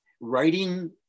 Writing